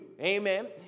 Amen